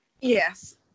Yes